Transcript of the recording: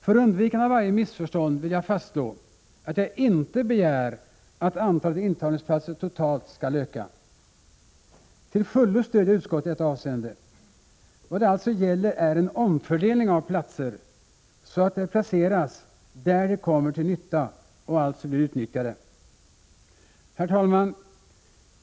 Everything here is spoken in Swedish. För undvikande av varje missförstånd vill jag fastslå, att jag inte begär att antalet intagningsplatser totalt skall öka. Till fullo stöder jag utskottet i detta avseende. Vad det alltså gäller är en omfördelning av platser, så att de placeras där de kommer till nytta och alltså blir utnyttjade. Herr talman!